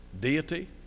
deity